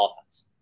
offense